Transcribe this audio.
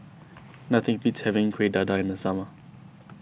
nothing beats having Kueh Dadar in the summer